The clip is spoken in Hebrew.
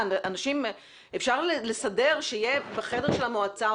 אפשר לסדר שיהיה בחדר של המועצה,